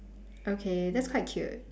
okay that's quite cute